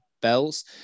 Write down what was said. bells